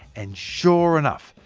and sure enough,